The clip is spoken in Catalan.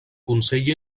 consell